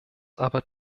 aber